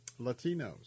Latinos